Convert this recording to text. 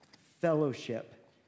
fellowship